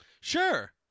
Sure